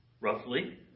roughly